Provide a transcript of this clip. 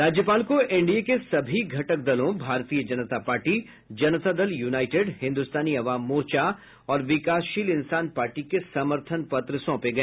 राज्यपाल को एनडीए के सभी घटक दलों भारतीय जनता पार्टी जनता दल युनाइटेड हिन्दुस्तानी आवाम मोर्चा और विकासशील इंसान पार्टी के समर्थन पत्र सौंपे गए